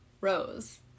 rose